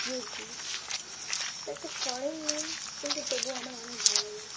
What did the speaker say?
Yogi এটা একটা foreign name কিন্তু তবুও আমার অনেক ভালো লাগে